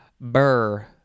Burr